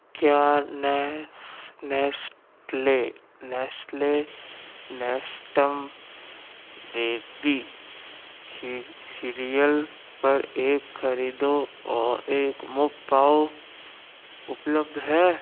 क्या Nestle Nestum baby cereal पर एक खरीदो और एक मुफ्त पाओ उपलब्ध है